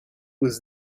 was